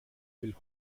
will